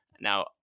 Now